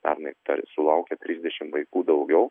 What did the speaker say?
pernai tai sulaukė trisdešimt vaikų daugiau